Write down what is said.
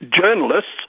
journalists